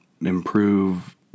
improve